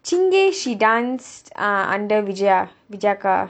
chingay she danced ah under vijaya vijaya அக்கா:akka